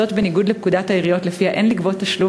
וזאת בניגוד לפקודת העיריות שלפיה אין לגבות תשלום